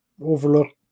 overlook